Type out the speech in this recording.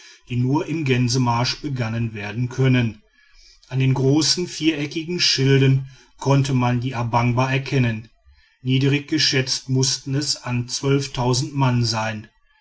die nur im gänsemarsch begangen werden können an den großen viereckigen schilden konnte man die a bangba erkennen niedrig geschätzt mußten es an mann sein